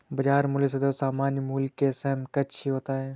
बाजार मूल्य सदैव सामान्य मूल्य के समकक्ष ही होता है